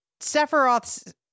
Sephiroth's